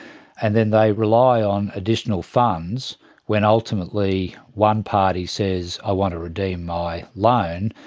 and then they rely on additional funds when ultimately one party says i want to redeem my loan.